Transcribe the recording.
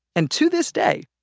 and to this day,